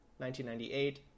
1998